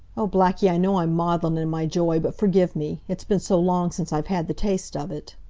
oh, blackie, i know i'm maudlin in my joy, but forgive me. it's been so long since i've had the taste of it.